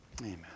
Amen